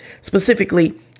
Specifically